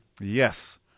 Yes